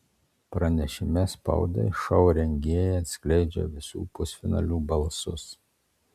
pranešime spaudai šou rengėjai atskleidžia visų pusfinalių balsus